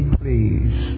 please